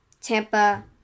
Tampa